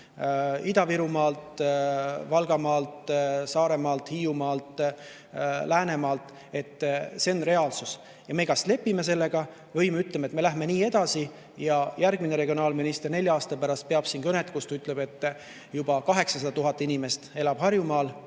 Ida-Virumaalt, Valgamaalt, Saaremaalt, Hiiumaalt, Läänemaalt. See on reaalsus ja me kas lepime sellega või ütleme, et me läheme edasi. Ehk järgmine regionaalminister nelja aasta pärast peab siin kõnet, kus ta ütleb, et juba 800 000 inimest elab Harjumaal